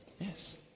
Yes